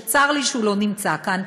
שצר לי שהוא לא נמצא כאן,